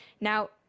Now